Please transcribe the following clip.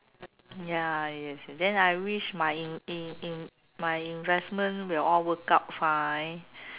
ya yes yes then I wish my in in in my investment will all work out fine